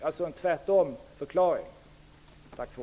Det var alltså en